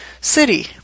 city